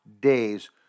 days